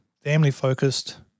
family-focused